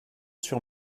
sur